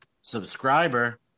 subscriber